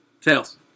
Tails